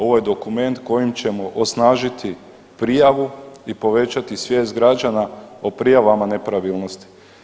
Ovo je dokument kojim ćemo osnažiti prijavu i povećati svijest građana o prijavama nepravilnosti.